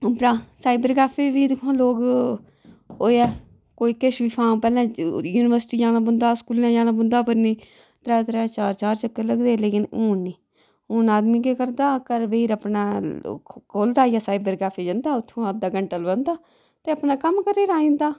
उप्परा cyber cafe बी दिक्खो हां लोक हो ऐ कोई किश बी फार्म भरना यूनीवर्सटी जाना पौंदा हा स्कूलें जाना पौंदा हा पर निं त्रै त्रै चार चार चक्कर लगदे हे लकिन हून निं हून आदमी केह् करदा घर बेही अपना खोह्लदा अपना सैबर कैफे जंदा उत्थुआं अद्धा घैंटा लुआंदा ते अपना कम्म करी आई जंदा